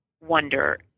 wonder